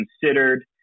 considered